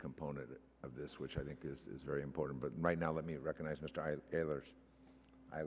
component of this which i think is very important but right now let me recognize